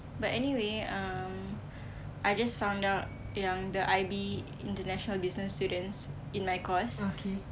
but anyway um I just found out yang the I_B international business students in my course